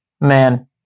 Man